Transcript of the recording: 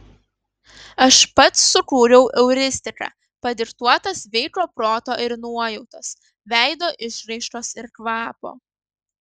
aš pats sukūriau euristiką padiktuotą sveiko proto ir nuojautos veido išraiškos ir kvapo